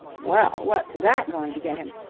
well, what's that going to get him?